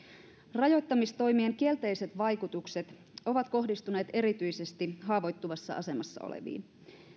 rajoittamistoimien kielteiset vaikutukset ovat kohdistuneet erityisesti haavoittuvassa asemassa oleviin